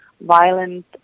violent